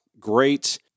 Great